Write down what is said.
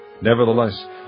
Nevertheless